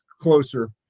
closer